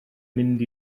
mynd